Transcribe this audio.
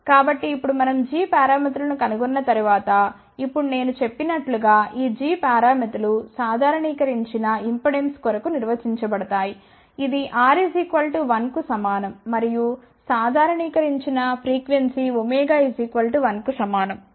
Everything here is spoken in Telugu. కాబట్టి ఇప్పుడు మనం g పారామితులను కనుగొన్న తరువాత ఇప్పుడు నేను చెప్పినట్లుగా ఈ g పారామితులు సాధారణీకరించినఇంపెడెన్స్ కొరకు నిర్వచించబడతాయి ఇది R 1 కు సమానం మరియు సాధారణీకరించిన ఫ్రీక్వెన్సీ ω 1 కు సమానం